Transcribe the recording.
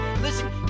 Listen